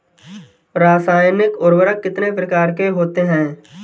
रासायनिक उर्वरक कितने प्रकार के होते हैं?